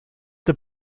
the